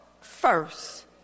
first